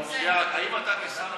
האם אתה כשר המשטרה,